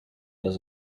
does